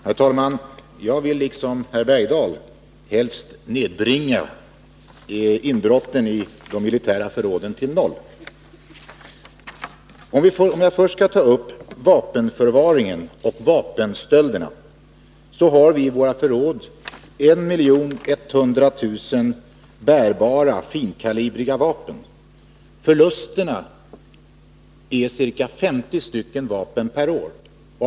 Herr talman! Jag vill, liksom herr Bergdahl, helst nedbringa inbrotten i de militära förråden till noll. Om jag först skall ta upp vapenförvaringen och vapenstölderna, har vi i våra militära förråd 1 100 000 bärbara, finkalibriga vapen. Förlusterna är ca 50 vapen per år.